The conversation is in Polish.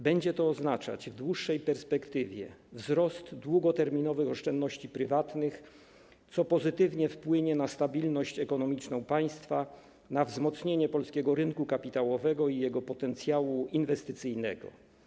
Będzie to oznaczać w dłuższej perspektywie wzrost długoterminowych oszczędności prywatnych, co pozytywnie wpłynie na stabilność ekonomiczną państwa, na wzmocnienie polskiego rynku kapitałowego i jego potencjału inwestycyjnego.